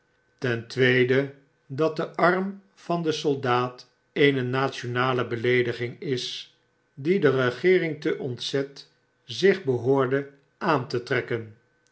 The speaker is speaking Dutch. ten tweede dat de arm van den soldaat eene nationale beleediging is die de regeering te onzent zich behoorde aan tetrekken